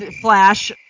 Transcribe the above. Flash